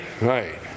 right